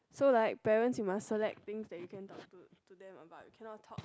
so like parents you must select things that you can talk to to them about you cannot talk